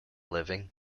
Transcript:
living